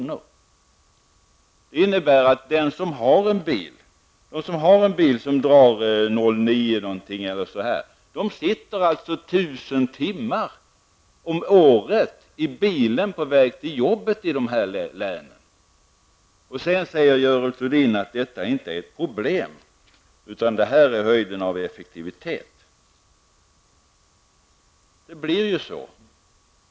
Det innebär att den i detta län som har en bil som drar ca 0,9 liter per mil alltså sitter Sedan säger Görel Thurdin att detta inte är ett problem utan att detta är höjden av effektivitet. Det blir ju så.